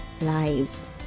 lives